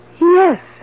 Yes